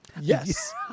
Yes